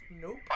Nope